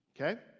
okay